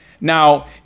Now